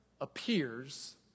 appears